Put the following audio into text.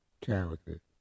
character